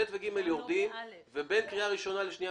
סעיפים (ב) ו-(ג) יורדים ובין קריאה ראשונה לקריאה שנייה